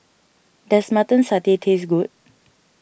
does Mutton Satay taste good